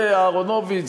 זה אהרונוביץ,